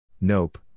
Nope